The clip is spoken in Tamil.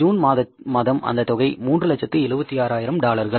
ஜூன் மாதம் அந்த தொகை 376000 டாலர்கள்